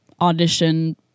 audition